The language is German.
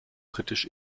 britisch